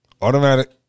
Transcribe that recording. Automatic